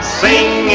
sing